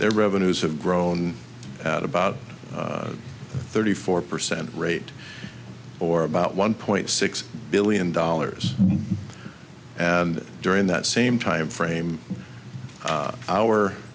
their revenues have grown at about thirty four percent rate or about one point six billion dollars and during that same time frame